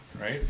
right